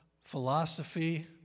philosophy